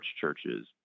churches